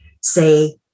say